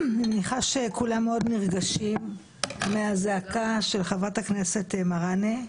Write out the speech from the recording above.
אני מניחה שכולם מאוד נרגשים מהזעקה של חברת הכנסת מראענה.